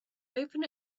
open